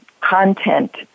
content